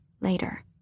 later